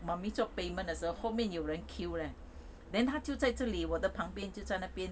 mummy 做 payment 的时候后面有人 queue leh then 她就在这里我的旁边就在那边